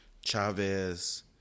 Chavez